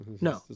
no